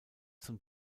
zum